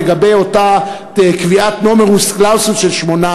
לגבי אותה קביעת "נומרוס קלאוזוס" של שמונה